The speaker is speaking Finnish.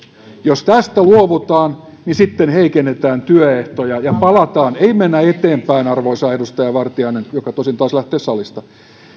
jos tästä luovutaan niin sitten heikennetään työehtoja ja palataan ei mennä eteenpäin arvoisa edustaja vartiainen joka tosin taisi lähteä salista